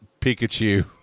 Pikachu